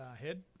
Head